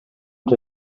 ens